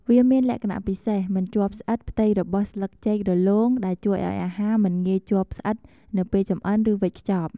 វាមានលក្ខណៈពិសេស មិនជាប់ស្អិត ផ្ទៃរបស់ស្លឹកចេករលោង ដែលជួយឱ្យអាហារមិនងាយជាប់ស្អិត នៅពេលចម្អិន ឬវេចខ្ចប់។